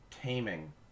taming